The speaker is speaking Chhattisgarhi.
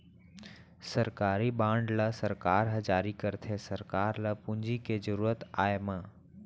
सरकारी बांड ल सरकार ह जारी करथे सरकार ल पूंजी के जरुरत आय म